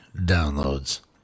downloads